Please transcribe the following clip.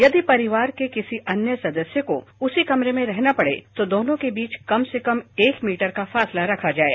यदि परिवार के किसी अन्य सदस्य को उसी कमरे में रहना पड़े तो दोनों के बीच कम से कम एक मीटर का फासला रखा जाये